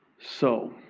so,